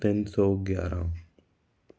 ਤਿੰਨ ਸੌ ਗਿਆਰਾਂ